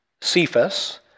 Cephas